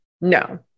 no